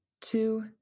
two